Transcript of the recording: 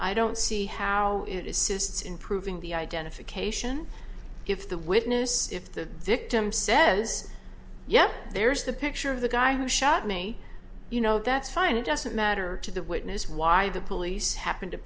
i don't see how it is cysts in proving the identification if the witness if the victim says yeah there's the picture of the guy who shot me you know that's fine it doesn't matter to the witness why the police happened to